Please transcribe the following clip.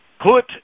Put